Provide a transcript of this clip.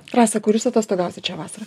rasa kur jūs atostogausit šią vasarą